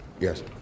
Yes